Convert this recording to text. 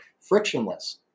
frictionless